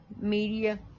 media